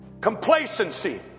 complacency